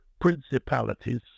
principalities